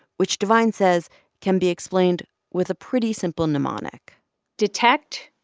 which devine says can be explained with a pretty simple mnemonic detect,